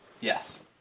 Yes